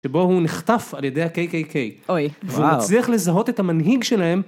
שבו הוא נחטף על ידי הקיי-קיי-קיי. אוי. והוא מצליח לזהות את המנהיג שלהם.